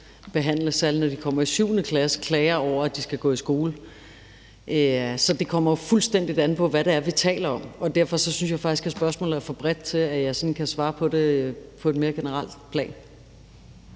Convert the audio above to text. andet end at behandle klager over, at de skal gå i skole. Så det kommer fuldstændig an på, hvad det er, vi taler om, og derfor synes jeg faktisk, at spørgsmål er for bredt til, at jeg kan svare på det på et mere generelt plan.